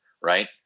right